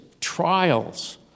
trials